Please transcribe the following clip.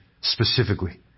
specifically